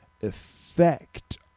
effect